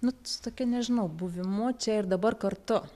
nu su tokia nežinau buvimu čia ir dabar kartu